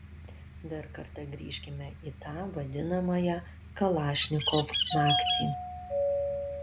dar kartą grįžkime į tą vadinamąją kalašnikov naktį